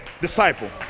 disciple